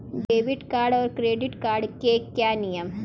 Debit card और credit card के क्या क्या नियम हैं?